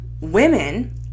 women